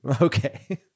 okay